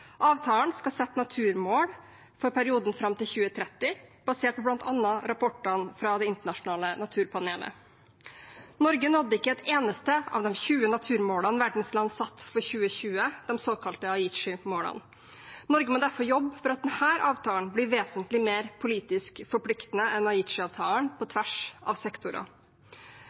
Avtalen skal sette naturmål for perioden fram til 2030 basert på bl.a. rapportene fra Det internasjonale naturpanelet. Norge nådde ikke et eneste av de 20 naturmålene verdens land satte for 2020, de såkalte Aichi-målene. Norge må derfor jobbe for at denne avtalen blir vesentlig mer politisk forpliktende enn Aichi-avtalen på tvers av sektorer.